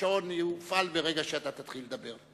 השעון יופעל ברגע שאתה תתחיל לדבר.